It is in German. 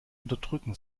unterdrücken